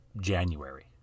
January